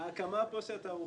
ההקמה פה של התערוכה,